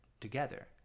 together